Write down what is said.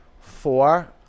Four